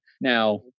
Now